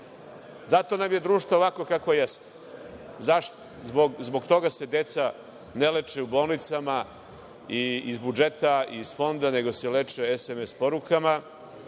zato nam je društvo ovakvo kakvo jeste. Zašto? Zbog toga se deca ne leče u bolnicama i iz budžeta, iz fonda, nego se leče SMS porukama,